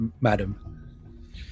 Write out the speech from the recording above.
madam